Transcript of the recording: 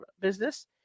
business